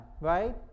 right